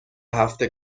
هفته